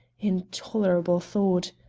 intolerable thought!